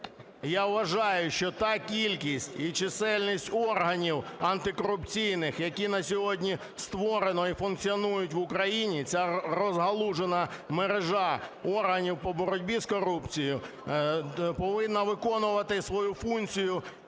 я вважаю, що та кількість і чисельність органів антикорупційних, які на сьогодні створено і функціонують в Україні, ця розгалужена мережа органів по боротьбі з корупцією повинна виконувати свою функцію